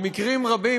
במקרים רבים,